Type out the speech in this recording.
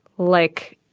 like,